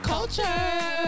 Culture